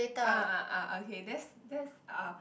ah ah ah okay that's that's uh